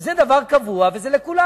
זה דבר קבוע וזה לכולם,